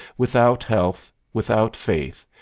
without health, without faith,